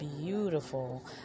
beautiful